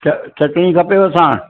च चटणी खपेव साणु